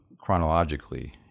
chronologically